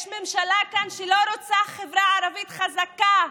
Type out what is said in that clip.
יש ממשלה כאן שלא רוצה חברה ערבית חזקה.